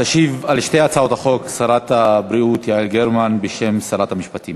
תשיב על שתי הצעות החוק שרת הבריאות יעל גרמן בשם שרת המשפטים.